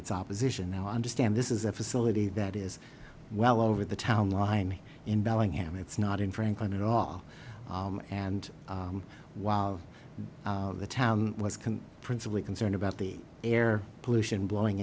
its opposition now i understand this is a facility that is well over the town line in bellingham it's not in franklin at all and while the town was come principally concerned about the air pollution blowing